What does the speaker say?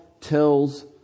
tells